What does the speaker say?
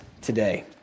today